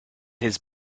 his